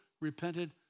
repented